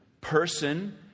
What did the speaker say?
person